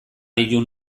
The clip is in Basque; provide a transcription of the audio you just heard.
ilun